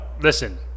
Listen